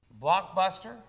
Blockbuster